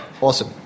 Awesome